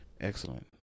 excellent